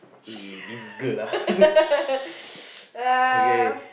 eh this girl ah okay